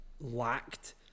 lacked